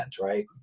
right